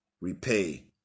repay